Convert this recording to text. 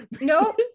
No